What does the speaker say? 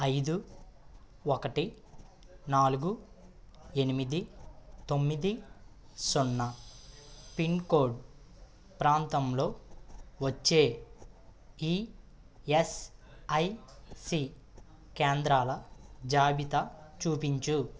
ఐదు ఒకటి నాలుగు ఎనిమిది తొమ్మిది సున్నా పిన్ కోడ్ ప్రాంతంలో వచ్చే ఈఎస్ఐసి కేంద్రాల జాబితా చూపించు